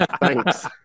Thanks